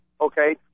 okay